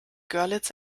görlitz